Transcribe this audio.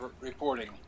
reporting